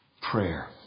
prayer